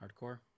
hardcore